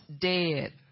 dead